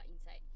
inside